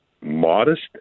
modest